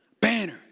banner